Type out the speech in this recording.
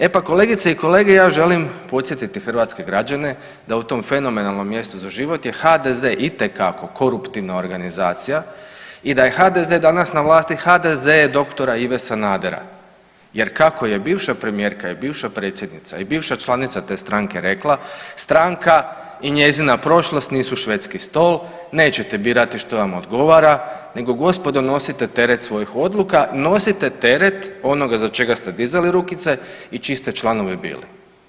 E pa kolegice i kolege ja želim podsjetiti hrvatske građane da u tom fenomenalnom mjestu za život je HDZ itekako koruptivna organizacija i da je HDZ danas na vlasti, HDZ je doktora Ive Sanadera, jer kako je bivša premijerka i bivša predsjednica i bivša članica te stranke rekla, stranka i njezina prošlost nisu švedski stol, neće birati što vam odgovara nego gospodo nosite teret svojih odluka, nosite teret onoga za čega ste dizali rukice i čiji ste članovi bili.